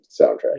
soundtrack